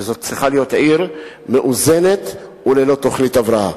וזאת צריכה להיות עיר מאוזנת וללא תוכנית הבראה.